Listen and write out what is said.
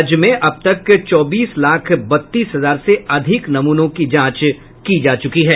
राज्य में अब तक चौबीस लाख बत्तीस हजार से अधिक नमूनों की जांच हो चुकी है